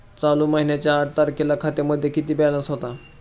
चालू महिन्याच्या आठ तारखेला खात्यामध्ये किती बॅलन्स होता?